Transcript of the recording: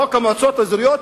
חוק המועצות האזוריות,